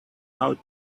out